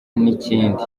n’ikindi